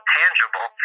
tangible